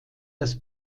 das